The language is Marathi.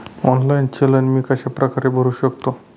ऑनलाईन चलन मी कशाप्रकारे भरु शकतो?